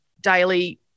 daily